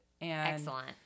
Excellent